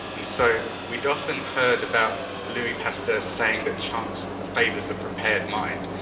and so we'd often heard about louis pasteur saying that chance favours the prepared mind.